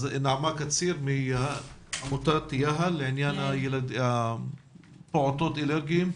נעמה קציר מעמותת יהל לעניין פעוטות אלרגיים.